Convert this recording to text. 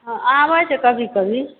हँ आबैत छै कभी कभी